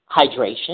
hydration